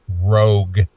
rogue